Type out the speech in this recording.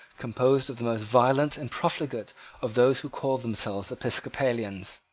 composed of the most violent and profligate of those who called themselves episcopalians.